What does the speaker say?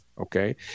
okay